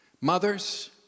mothers